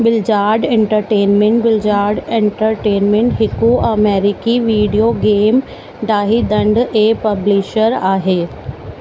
Blizzard Entertainment Blizzard Entertainment हिकु अमेरिकी video game डाहींदंड ऐं पब्लिशर आहे